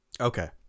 Okay